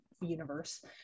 universe